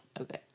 okay